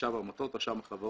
רשם העמותות, רשם החברות.